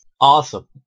Awesome